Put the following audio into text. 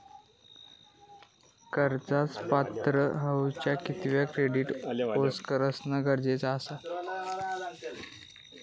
कर्जाक पात्र होवच्यासाठी कितक्या क्रेडिट स्कोअर असणा गरजेचा आसा?